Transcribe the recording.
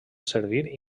servir